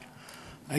החלטה